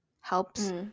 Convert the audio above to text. helps